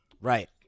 right